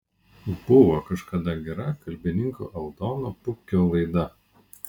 buvo kažkada gera kalbininko aldono pupkio laida